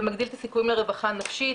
ומגדיל את הסיכויים לרווחה נפשית.